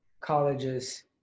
colleges